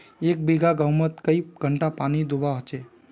एक बिगहा गेँहूत कई घंटा पानी दुबा होचए?